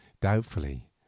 doubtfully